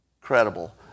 credible